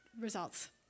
results